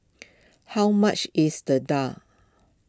how much is the Daal